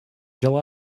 july